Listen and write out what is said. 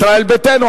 ישראל ביתנו,